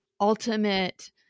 ultimate